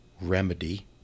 remedy